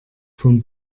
vom